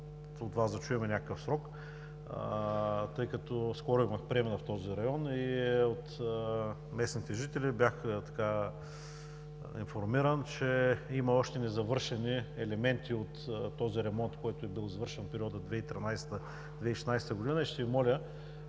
от Вас да чуем някакъв срок, тъй като скоро имах приема в този район и от местните жители бях информиран, че има още незавършени елементи от този ремонт, който е бил извършен в периода 2013 – 2016 г.